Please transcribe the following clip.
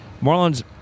Marlins